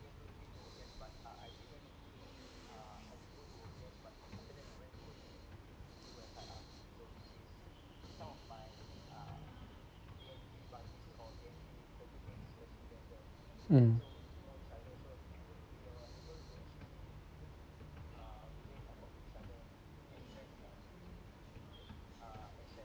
mm